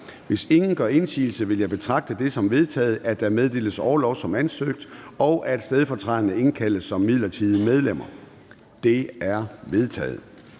Hvis ingen gør indsigelse, vil jeg betragte det som vedtaget, at der meddeles orlov som ansøgt, og at stedfortræderne indkaldes som midlertidige medlemmer. Det er vedtaget.